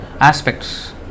aspects